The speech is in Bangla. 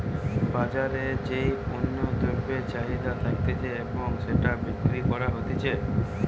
বাজারে যেই পণ্য দ্রব্যের চাহিদা থাকতিছে এবং সেটা বিক্রি করা হতিছে